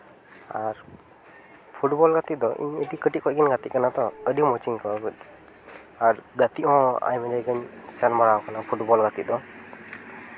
ᱟᱨ football ᱜᱟᱛᱮ ᱫᱚ ᱤᱧ ᱟᱹᱰᱤ ᱠᱟᱹᱴᱤᱡ ᱠᱷᱚᱱ ᱜᱤᱧ ᱜᱟᱛᱮᱜ ᱠᱟᱱᱟ ᱛᱚ ᱟᱹᱰᱤ ᱢᱚᱡᱤᱧ ᱟᱹᱭᱠᱟᱹᱣᱟ ᱟᱨ ᱜᱟᱛᱮᱜ ᱦᱚᱸ ᱟᱭᱢᱟ ᱡᱟᱭᱜᱟᱧ ᱥᱮᱱ ᱵᱟᱲᱟᱣ ᱠᱟᱱᱟ ᱯᱷᱩᱴᱵᱚᱞ ᱜᱟᱛᱮᱜ ᱫᱚ